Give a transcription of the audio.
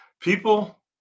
People